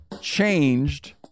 changed